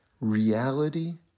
Reality